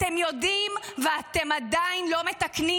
אתם יודעים, ואתם עדיין לא מתקנים,